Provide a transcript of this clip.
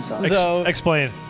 Explain